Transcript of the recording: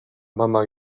mama